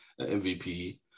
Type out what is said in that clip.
MVP